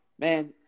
Man